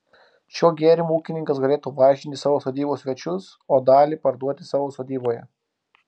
šiuo gėrimu ūkininkas galėtų vaišinti savo sodybos svečius o dalį parduoti savo sodyboje